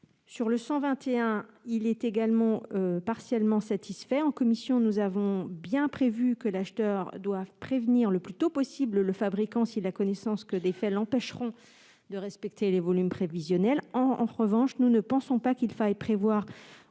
n° 121 rectifié est partiellement satisfait. En commission, nous avons veillé à prévoir que l'acheteur doit prévenir le plus tôt possible le fabricant s'il a connaissance que des faits l'empêcheront de respecter les volumes prévisionnels. En revanche, nous considérons qu'il n'est pas